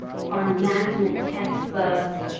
farm management text books,